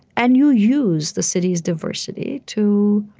and you use the city's diversity to